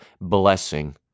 blessing